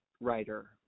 writer